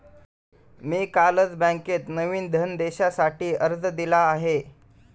मी कालच बँकेत नवीन धनदेशासाठी अर्ज दिला आहे